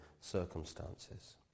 circumstances